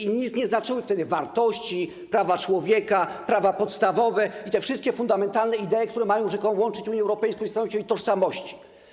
I nic nie znaczyły wtedy wartości, prawa człowieka, prawa podstawowe i wszystkie fundamentalne idee, która mają rzekomo łączyć Unię Europejską i stanowić o jej tożsamości.